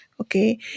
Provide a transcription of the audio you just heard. okay